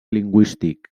lingüístic